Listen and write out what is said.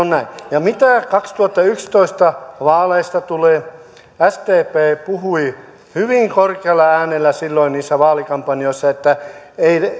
ja mitä kaksituhattayksitoista vaaleihin tulee sdp puhui hyvin korkealla äänellä silloin niissä vaalikampanjoissa että ei